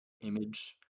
image